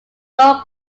lower